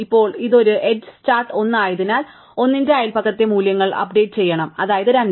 ഇപ്പോൾ ഇത് ഒരു എഡ്ജ് സ്റ്റാർട്ട് 1 ആയതിനാൽ 1 ന്റെ അയൽപക്കത്തെ മൂല്യങ്ങൾ അപ്ഡേറ്റ് ചെയ്യണം അതായത് 2